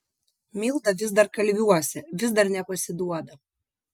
milda vis dar kalviuose vis dar nepasiduoda